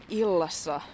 illassa